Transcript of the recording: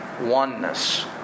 Oneness